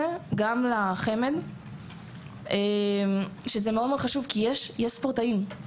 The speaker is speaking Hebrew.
גם לחמ"ד שזה מאוד חשוב כי יש ספורטאים,